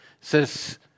says